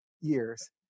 years